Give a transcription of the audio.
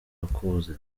bakuze